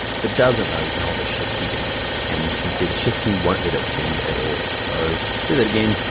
if it doesn't, though, you can hold the shift key down and you can see the shift key won't let it bend at all. so do that again.